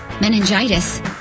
meningitis